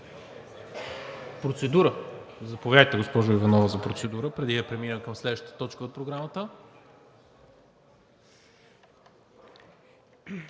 за утре. Заповядайте, госпожо Иванова, за процедура, преди да преминем към следващата точка от Програмата.